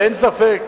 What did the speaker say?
ואין ספק